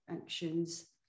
actions